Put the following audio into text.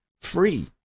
free